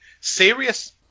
serious